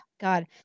God